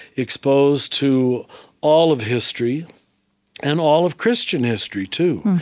exposed to all of history and all of christian history too.